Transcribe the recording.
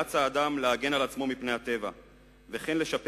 נאלץ האדם להגן על עצמו מפני הטבע וכן לשפר